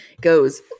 goes